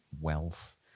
wealth